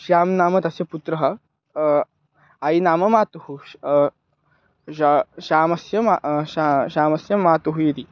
श्यां नाम तस्य पुत्रः आयि नाम मातुः श् श्या श्यामस्य मा श्या श्यामस्य मातुः इति